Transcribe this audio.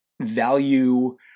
value